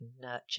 nurture